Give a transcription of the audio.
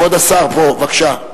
כבוד השר יעלה.